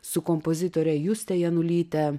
su kompozitore juste janulyte